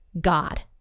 God